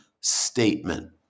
statement